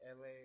LA